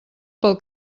pel